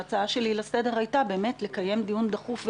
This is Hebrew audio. ההצעה שלי לסדר הייתה לקיים דיון דחוף ובהול,